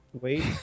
Wait